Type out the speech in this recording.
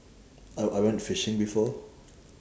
I I went fishing before